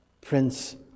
Prince